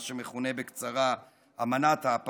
מה שמכונה בקצרה "אמנת האפרטהייד",